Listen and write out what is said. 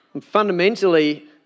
Fundamentally